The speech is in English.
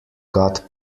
got